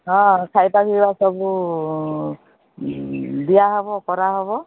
ହଁ ଖାଇବା ପିଇବା ସବୁ ଦିଆହେବ କରାହେବ